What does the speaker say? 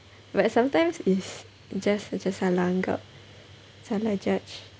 but sometimes is just macam salah anggap salah judge